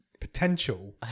potential